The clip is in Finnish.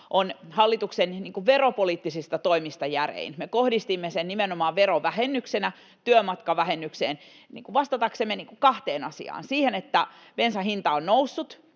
on hallituksen veropoliittisista toimista järein. Me kohdistimme sen nimenomaan verovähennyksenä työmatkavähennykseen vastataksemme kahteen asiaan: siihen, että bensan hinta on noussut,